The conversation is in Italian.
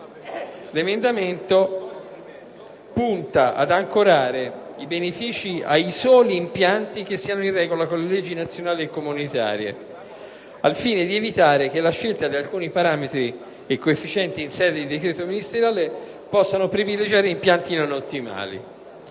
L'emendamento 4.14 punta ad ancorare i benefici ai soli impianti che siano in regola con le leggi nazionali e comunitarie, al fine di evitare che la scelta di alcuni parametri e coefficienti in sede di decreto ministeriale possano privilegiare impianti non ottimali.